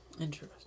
Interesting